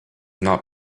not